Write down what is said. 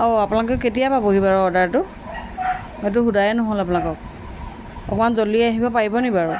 অঁ আপোনালোকে কেতিয়া পাবহি বাৰু অৰ্ডাৰটো সেইটো সোধায়ে নহ'ল আপোনালোকক অকণমান জল্ডি আহিব পাৰিবনে বাৰু